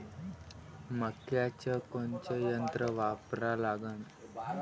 मक्याचं कोनचं यंत्र वापरा लागन?